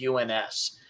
UNS